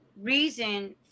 reason